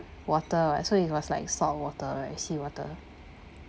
water so it was like salt water like sea water